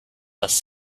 was